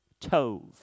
tove